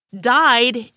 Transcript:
died